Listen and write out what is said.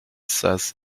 says